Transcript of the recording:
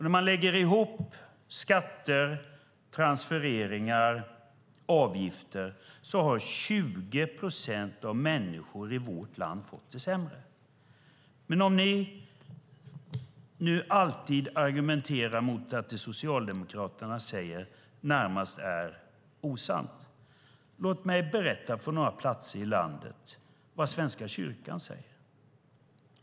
När man lägger ihop skatter, transfereringar och avgifter har 20 procent av människorna i vårt land fått det sämre. När ni nu alltid argumenterar mot det som Socialdemokraterna säger och menar att det närmast är osant - låt mig berätta vad Svenska kyrkan säger på några platser i landet.